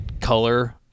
color